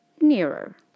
nearer